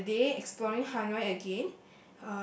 uh the day exploring Hanoi again